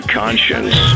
conscience